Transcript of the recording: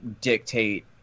dictate